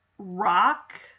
rock